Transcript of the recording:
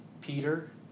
Peter